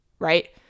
right